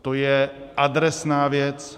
To je adresná věc.